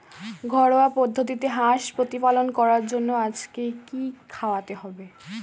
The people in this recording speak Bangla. ঘরোয়া পদ্ধতিতে হাঁস প্রতিপালন করার জন্য আজকে কি খাওয়াতে হবে?